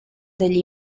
degli